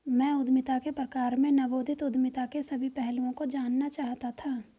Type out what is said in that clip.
मैं उद्यमिता के प्रकार में नवोदित उद्यमिता के सभी पहलुओं को जानना चाहता था